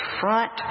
front